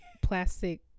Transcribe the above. plastic